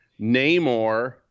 Namor